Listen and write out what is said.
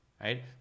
right